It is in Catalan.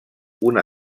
una